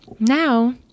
Now